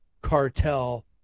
cartel